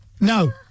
No